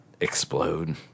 Explode